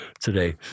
today